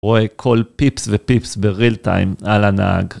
רואה כל פיפס ופיפס בריל טיים על הנהג